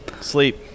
sleep